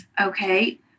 Okay